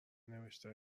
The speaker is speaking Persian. نوشته